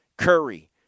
Curry